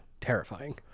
Terrifying